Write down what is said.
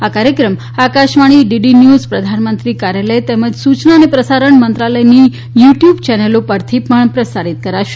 આ કાર્યક્રમ Akashvani DD news પ્રધાનમંત્રી કાર્યાલથ તેમજ સૂચના અને પ્રસારણ મંત્રાલથની યુ ટ્યુબ ચેનલો પરથી પણ પ્રસારિત થશે